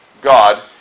God